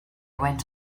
went